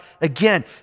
again